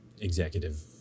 executive